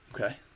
Okay